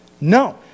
No